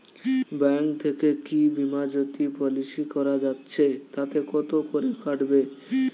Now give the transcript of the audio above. Bank থেকে কী Bima Jyoti policy করা যাচ্ছে তাতে কত করে কাটবে?